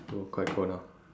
oh quite cold now